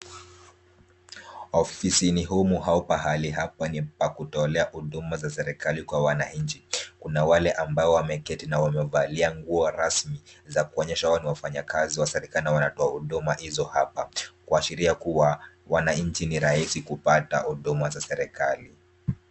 Ofisini humu au pahali hapa ni pa kutolea huduma za serikali kwa wanainchi. Kuna wale ambao wameketi na wamevalia nguo rasmi za kuonyesha wao ni wafanyikazi wa serikali na wanatoa huduma hizo hapa. Kuashiria kuwa wanainchi ni rahisi kupata huduma za serikali.